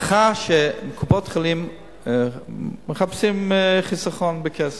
ההנחה היא שקופות-החולים מחפשות חיסכון בכסף.